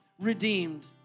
redeemed